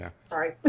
sorry